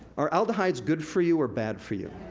are aldehydes good for you or bad for you?